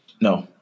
No